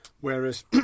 whereas